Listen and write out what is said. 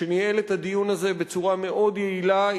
שניהל את הדיון הזה בצורה מאוד יעילה,